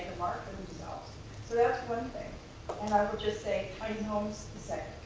themselves. so that's one thing. and i will just say, tiny homes second.